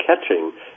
catching